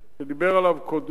שדיבר עליו קודמי,